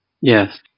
Yes